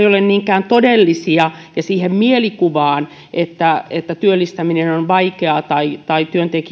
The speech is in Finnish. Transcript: ole niinkään todellisia ja siihen mielikuvaan että työllistäminen on on vaikeaa tai